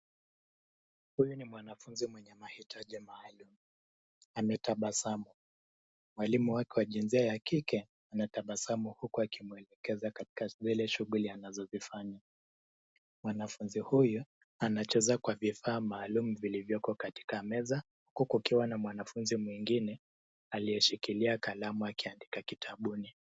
Huyu ni mwanafunzi mwenye mahitaji maalum, ametabasamu. Mwalimu wake wa jinsia ya kike anatabasamu huku akimuelekeza mbele katika shughuli anazozifanya. Mwanafunzi huyu anacheza kwa vifaa maalum vilivyoko katika meza huku kukiwa na mwanafunzi mwengine aliyeshikilia kalamu akiandika kitabuni.